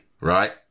right